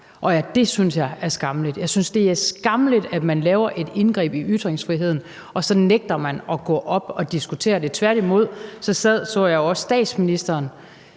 Og det synes jeg er skammeligt. Jeg synes, at det er skammeligt, at man laver et indgreb i ytringsfriheden, og så nægter man at gå op og diskutere det. Tværtimod sad statsministeren,